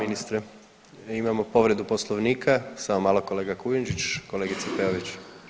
Imamo povredu Poslovnika, samo malo, kolega Kujundžić, kolegice Peović.